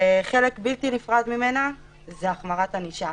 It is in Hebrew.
וחלק בלתי נפרד ממנה זה החמרת ענישה.